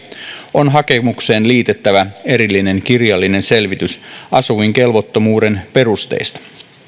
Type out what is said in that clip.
on hakemukseen liitettävä erillinen kirjallinen selvitys asuinkelvottomuuden perusteista